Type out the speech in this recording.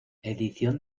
edición